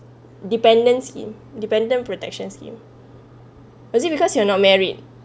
dependence in dependent protection scheme or it's because you're not married